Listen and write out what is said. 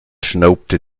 schnaubte